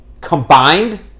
Combined